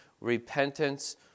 repentance